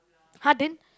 !huh! then